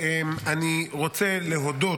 אני רוצה להודות,